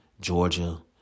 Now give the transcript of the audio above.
Georgia